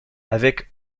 avec